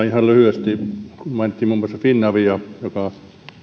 ihan lyhyesti mainittiin muun muassa finavia joka